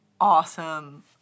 awesome